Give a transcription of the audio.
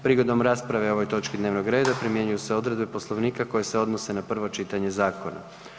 Prigodom rasprave o ovoj točki dnevnog reda primjenjuju se odredbe Poslovnika koje se odnose na prvo čitanje zakona.